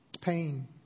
pain